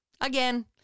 Again